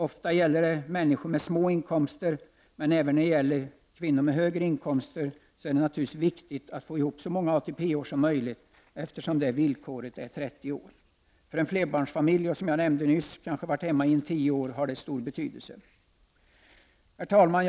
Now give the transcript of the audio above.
Ofta gäller det människor med små inkomster, men även för kvinnor med högre inkomster är det naturligvis viktigt att få ihop så många ATP-år som möjligt, eftersom villkoret är att man skall ha 30 ATP-år. För en flerbarnsfamilj, där kvinnan har varit hemma i tio år, har det stor betydelse. Herr talman!